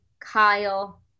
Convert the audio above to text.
Kyle